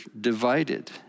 divided